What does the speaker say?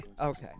Okay